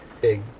Big